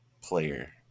player